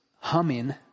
humming